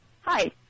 Hi